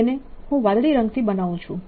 તેને હું વાદળી રંગથી બનાવું છું